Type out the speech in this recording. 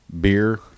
beer